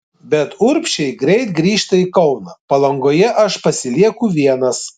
bet urbšiai greit grįžta į kauną palangoje aš pasilieku vienas